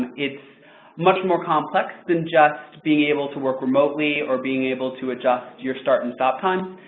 it much more complex than just being able to work remotely, or being able to adjust your start and stop time.